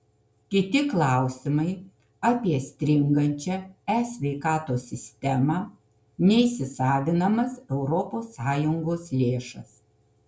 kiti klausimai apie stringančią e sveikatos sistemą neįsisavinamas europos sąjungos lėšas